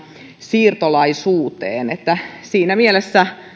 siirtolaisuuteen että siinä mielessä